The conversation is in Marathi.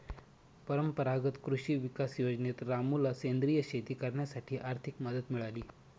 परंपरागत कृषी विकास योजनेत रामूला सेंद्रिय शेती करण्यासाठी आर्थिक मदत मिळाली